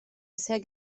bisher